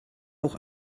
auch